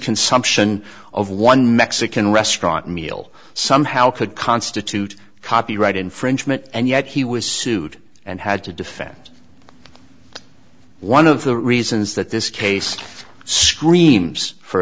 consumption of one mexican restaurant meal somehow could constitute copyright infringement and yet he was sued and had to defend one of the reasons that this case screams for